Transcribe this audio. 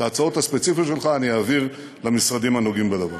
את ההצעות הספציפיות שלך אעביר למשרדים הנוגעים בדבר.